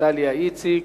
דליה איציק,